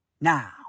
now